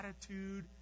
attitude